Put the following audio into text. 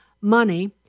money